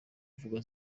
mvugo